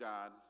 God